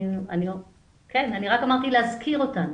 אני רק אמרתי להזכיר אותנו,